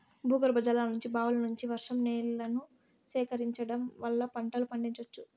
భూగర్భజలాల నుంచి, బావుల నుంచి, వర్షం నీళ్ళను సేకరించడం వల్ల పంటలను పండించవచ్చు